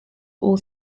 all